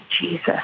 Jesus